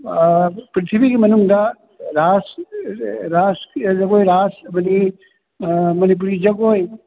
ꯄ꯭ꯔꯤꯊꯤꯕꯤꯒꯤ ꯃꯅꯨꯡꯗ ꯔꯥꯁ ꯔꯥꯁ ꯖꯒꯣꯏ ꯔꯥꯁ ꯑꯃꯗꯤ ꯃꯅꯤꯄꯨꯔꯤ ꯖꯒꯣꯏ